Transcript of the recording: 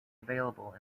available